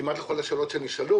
גרוע יותר משל כולם, פרט לחרדים.